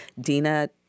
Dina